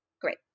Great